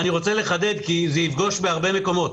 אני רוצה לחדד, כי זה יפגוש בהרבה מקומות.